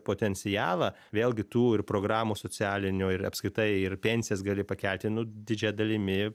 potencialą vėlgi tų ir programų socialinių ir apskritai ir pensijas gali pakelti didžia dalimi